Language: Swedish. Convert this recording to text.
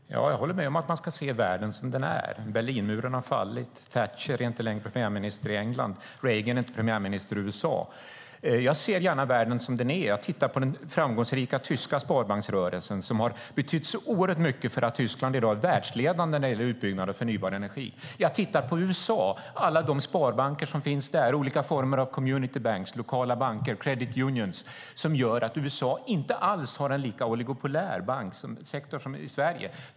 Fru talman! Jag håller med om att man ska se världen som den är. Berlinmuren har fallit. Thatcher är inte längre premiärminister i England. Reagan är inte president i USA. Jag ser gärna världen som den är. Jag tittar på den framgångsrika tyska sparbanksrörelsen som har betytt så oerhört mycket för att Tyskland i dag är världsledande när det gäller utbyggnad av förnybar energi. Jag tittar på USA och alla de sparbanker som finns där, olika former av community banks, lokala banker och credit unions, som gör att USA inte alls har en lika oligopolisk banksektor som Sverige.